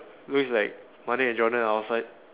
looks like Malek and Jonah are outside